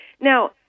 Now